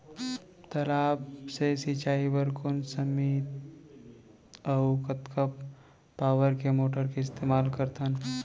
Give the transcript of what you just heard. तालाब से सिंचाई बर कोन सीमित अऊ कतका पावर के मोटर के इस्तेमाल करथन?